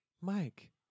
Mike